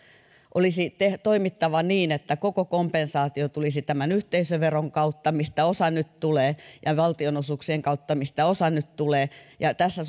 olisi toimittava niin että koko kompensaatio tulisi tämän yhteisöveron kautta mistä osa nyt tulee ja ja valtionosuuksien kautta mistä osa nyt tulee ja tässä